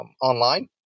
online